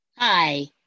Hi